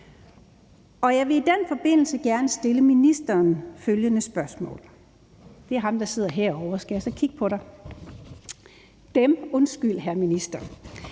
Og jeg vil i den forbindelse gerne stille ministeren – det er ham, der sidder herovre, skal jeg så kigge på dig ... på Dem, undskyld, hr. minister?